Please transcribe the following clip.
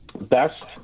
best